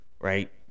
right